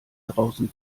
draußen